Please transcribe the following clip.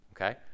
okay